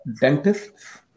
dentists